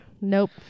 nope